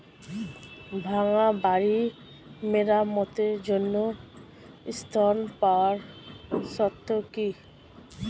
ভাঙ্গা বাড়ি মেরামতের জন্য ঋণ পাওয়ার শর্ত কি?